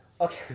Okay